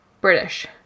British